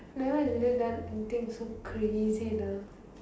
never really done anything so crazy uh